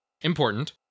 Important